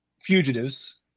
fugitives